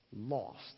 lost